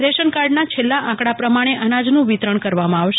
રેશનક ર્ડન છેલ્લ આંકડ પ્રમ ણે અન જનું વિતરણ કરવ મ આવશે